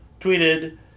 tweeted